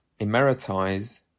Emeritize